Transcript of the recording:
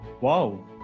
Wow